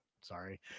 Sorry